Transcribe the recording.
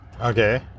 Okay